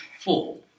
four